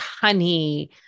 honey